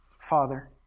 Father